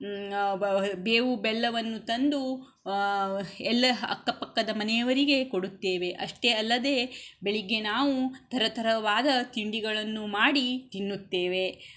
ಬೇವು ಬೆಲ್ಲವನ್ನು ತಂದು ಎಲ್ಲ ಅಕ್ಕಪಕ್ಕದ ಮನೆಯವರಿಗೆ ಕೊಡುತ್ತೇವೆ ಅಷ್ಟೇ ಅಲ್ಲದೇ ಬೆಳಿಗ್ಗೆ ನಾವು ಥರಥರವಾದ ತಿಂಡಿಗಳನ್ನು ಮಾಡಿ ತಿನ್ನುತ್ತೇವೆ